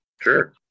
Sure